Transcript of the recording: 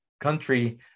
country